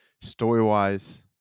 Story-wise